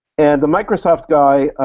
and the microsoft guy,